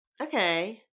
Okay